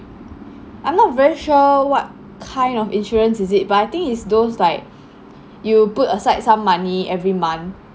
I'm not very sure what kind of insurance is it but I think it's those like you put aside some money every month